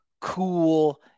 cool